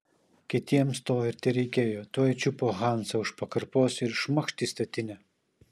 kitiems to ir tereikėjo tuoj čiupo hansą už pakarpos ir šmakšt į statinę